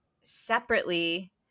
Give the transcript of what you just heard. separately